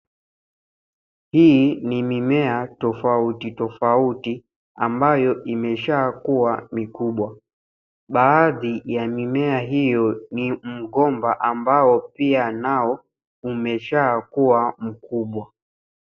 Hii ni mimea tofauti tofauti, ambayo imeshakua mikubwa. Baadhi ya mimea hio ni mgomba ambao pia nao umeshakua mkubwa.